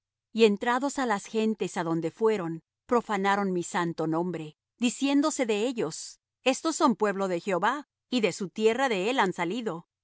y entrados á las gentes á donde fueron profanaron mi santo nombre diciéndose de ellos estos son pueblo de jehová y de su tierra de él han salido